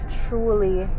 truly